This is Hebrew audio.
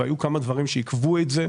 והיו כמה דברים שעיכבו את זה,